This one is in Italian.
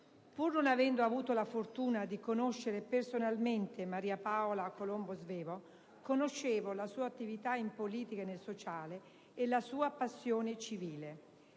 Pur non avendo avuto la fortuna di conoscere personalmente Maria Paola Colombo Svevo, conoscevo la sua attività in politica e nel sociale e la sua passione civile: